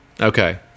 Okay